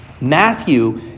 Matthew